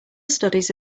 studies